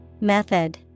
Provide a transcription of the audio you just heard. Method